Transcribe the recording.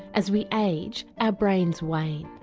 as we age our brains wane.